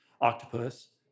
octopus